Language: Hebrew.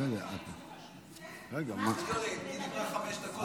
נותרו חמש דקות מתוך העשר.